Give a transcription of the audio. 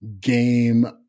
game